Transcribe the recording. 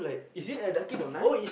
is it at Dunkin-Donut